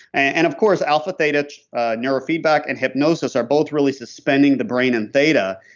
and of course alpha theta neurofeedback and hypnosis are both really suspending the brain in theta.